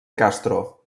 castro